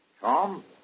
Tom